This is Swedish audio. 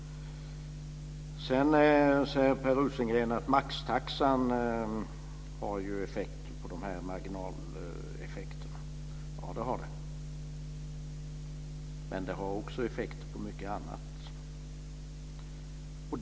Sedan säger Per Rosengren att maxtaxan har effekt på marginaleffekterna. Ja, det har den. Men den har också effekt på mycket annat.